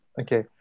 Okay